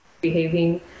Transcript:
behaving